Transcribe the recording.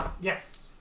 yes